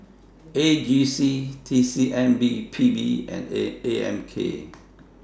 A G C T C M P B and A M K